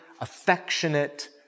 affectionate